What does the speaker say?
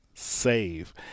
Save